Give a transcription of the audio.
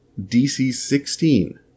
DC-16